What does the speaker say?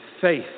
faith